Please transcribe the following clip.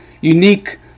unique